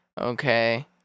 Okay